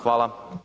Hvala.